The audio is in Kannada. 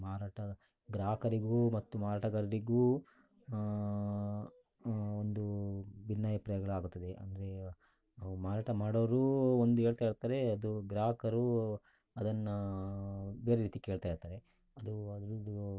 ಮಾರಾಟ ಗ್ರಾಹಕರಿಗೂ ಮತ್ತು ಮಾರಾಟಗಾರರಿಗೂ ಒಂದು ಭಿನ್ನಾಭಿಪ್ರಾಯಗಳಾಗುತ್ತದೆ ಅಂದರೆ ಮಾರಾಟ ಮಾಡೋರು ಒಂದು ಹೇಳ್ತಾಯಿರ್ತಾರೆ ಅದು ಗ್ರಾಹಕರು ಅದನ್ನು ಬೇರೆ ರೀತಿ ಕೇಳ್ತಾಯಿರ್ತಾರೆ ಅದು ಅದರದ್ದು